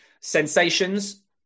sensations